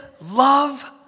love